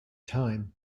time